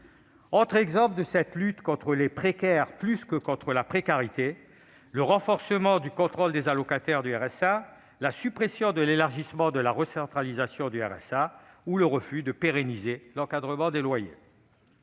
Autre exemple de cette lutte contre les précaires plus que contre la précarité : le renforcement du contrôle des allocataires du RSA, la suppression de l'élargissement de la recentralisation du RSA, ou le refus de pérenniser l'encadrement des loyers.